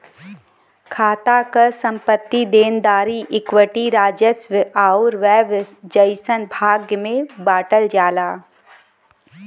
खाता क संपत्ति, देनदारी, इक्विटी, राजस्व आउर व्यय जइसन भाग में बांटल जाला